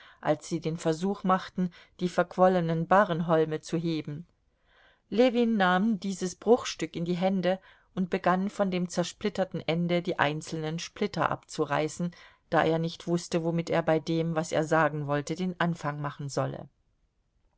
als sie den versuch machten die verquollenen barrenholme zu heben ljewin nahm dieses bruchstück in die hände und begann von dem zersplitterten ende die einzelnen splitter abzureißen da er nicht wußte womit er bei dem was er sagen wollte den anfang machen solle